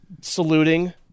saluting